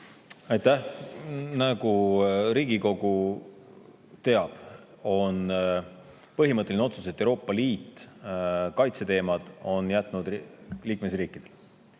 Aitäh! Nagu Riigikogu teab, on põhimõtteline otsus, et Euroopa Liit on kaitseteemad jätnud liikmesriikidele.